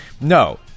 No